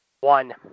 One